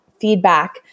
feedback